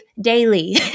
daily